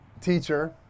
teacher